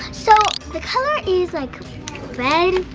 so the color is like red,